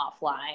offline